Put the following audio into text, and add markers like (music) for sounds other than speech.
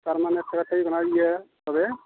ᱛᱟᱨᱢᱟᱱᱮ ᱯᱮᱛᱚᱵᱮ (unintelligible) ᱤᱭᱟᱹ ᱛᱚᱵᱮ